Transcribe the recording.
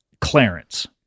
Clarence